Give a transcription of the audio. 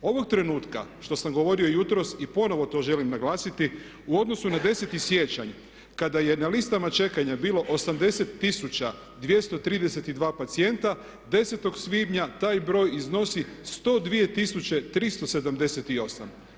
Ovog trenutka, što sam govorio jutros i ponovno to želim naglasiti u odnosu na 10.siječanj kada je na listama čekanja bilo 80 232 pacijenata 10.svibnja taj broj iznosi 102 378.